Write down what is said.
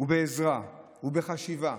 ובעזרה ובחשיבה